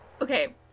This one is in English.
Okay